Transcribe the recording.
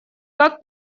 как